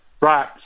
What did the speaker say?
Right